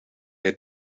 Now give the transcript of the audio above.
het